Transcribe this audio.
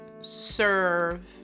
serve